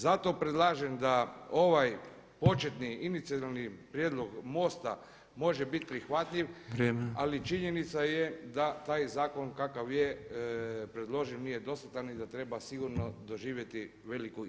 Zato predlažem da ovaj početni inicijalni prijedlog MOST-a može bit prihvatljiv, ali činjenica je da taj zakon kakav je predložen nije dostatan i da treba sigurno doživjeti veliku izmjenu.